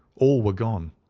all were gone.